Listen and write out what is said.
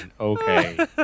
okay